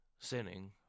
sinning